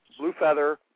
Bluefeather